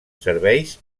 serveis